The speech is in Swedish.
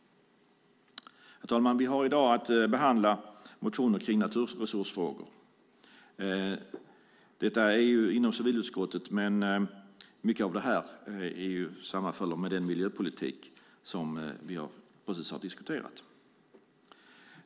Herr talman! Vi har i dag att behandla motioner kring naturresursfrågor. Detta är civilutskottet, men mycket av det här sammanfaller med den miljöpolitik som vi precis har diskuterat.